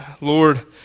Lord